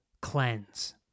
cleanse